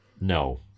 No